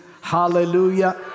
Hallelujah